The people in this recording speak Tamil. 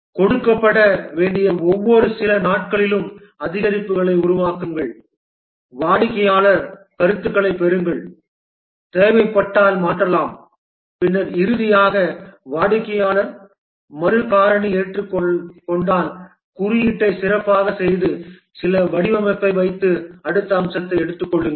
கொடுக்கப்பட வேண்டிய ஒவ்வொரு சில நாட்களிலும் அதிகரிப்புகளை உருவாக்குங்கள் வாடிக்கையாளர் கருத்துகளைப் பெறுங்கள் தேவைப்பட்டால் மாற்றலாம் பின்னர் இறுதியாக வாடிக்கையாளர் மறு காரணி ஏற்றுக்கொண்டால் குறியீட்டை சிறப்பாகச் செய்து சில வடிவமைப்பை வைத்து அடுத்த அம்சத்தை எடுத்துக் கொள்ளுங்கள்